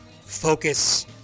focus